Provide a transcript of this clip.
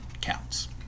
counts